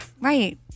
Right